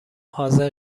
حاضر